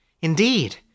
Indeed